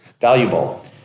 valuable